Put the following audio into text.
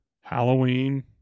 Halloween